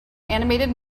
animated